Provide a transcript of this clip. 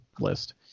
list